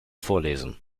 vorlesen